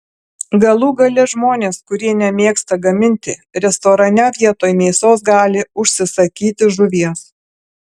galų gale žmonės kurie nemėgsta gaminti restorane vietoj mėsos gali užsisakyti žuvies